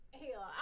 hell